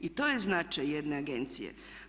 I to je značaj jedne agencije.